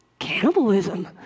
cannibalism